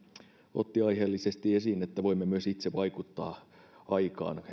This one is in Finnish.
otti aiheellisesti esiin että voimme myös itse vaikuttaa aikaan